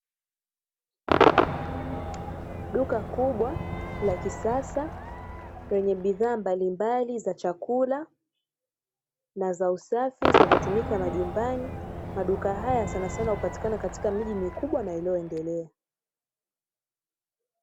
Duka kubwa la kisasa lenye bidhaa mbalimbali za chakula na za usafi zinazotumika majumbani, maduka haya sana sana upatikana katika miji mikubwa na inayoendelea.